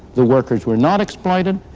the workers were not exploited.